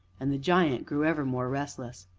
and the giant grew ever more restless.